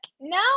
No